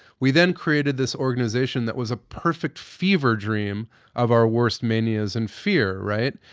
we then created this organization that was a perfect fever dream of our worst manias and fear, right?